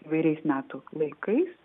įvairiais metų laikais